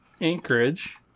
Anchorage